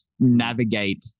navigate